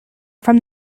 from